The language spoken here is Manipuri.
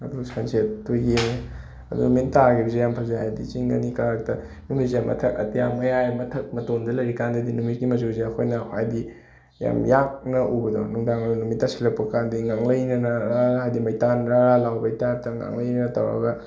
ꯑꯗꯨꯒ ꯁꯟꯁꯦꯠꯇꯨ ꯌꯦꯡꯉꯦ ꯅꯨꯃꯤꯠ ꯇꯥꯒꯤꯕꯁꯦ ꯌꯥꯝ ꯐꯖꯩ ꯍꯥꯏꯗꯤ ꯆꯤꯡ ꯑꯅꯤ ꯀꯥꯔꯛꯇ ꯅꯨꯃꯤꯠꯁꯦ ꯃꯊꯛ ꯑꯇꯤꯌꯥ ꯃꯌꯥꯏ ꯃꯊꯛ ꯃꯇꯣꯟꯗ ꯂꯩꯔꯤ ꯀꯥꯟꯗꯗꯤ ꯅꯨꯃꯤꯠꯀꯤ ꯃꯆꯨꯁꯦ ꯑꯩꯍꯣꯏꯅ ꯍꯥꯏꯗꯤ ꯌꯥꯝ ꯌꯥꯛꯅ ꯎꯕꯗꯣ ꯅꯨꯡꯗꯥꯡ ꯋꯥꯏꯔꯝ ꯅꯨꯃꯤꯠ ꯇꯥꯁꯤꯜꯂꯛꯄ ꯀꯥꯟꯗ ꯉꯥꯡꯂꯩꯅꯅꯔ ꯍꯥꯏꯗꯤ ꯃꯩꯇꯥꯟ ꯔꯥꯔꯥ ꯂꯥꯎꯕꯒꯤ ꯇꯥꯏꯞꯇ ꯉꯥꯡꯂꯩꯅꯅ ꯇꯧꯔꯒ